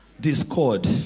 discord